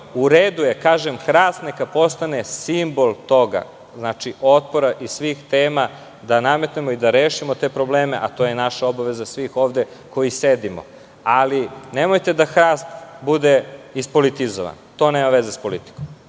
U redu je, kažem, neka hrast postane simbol toga, otpora i svih tema da nametnemo i da rešimo te probleme a to je obaveza svih nas ovde koji sedimo. Nemojte da hrast bude ispolitizovan. To nema veze sa politikom.